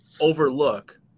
overlook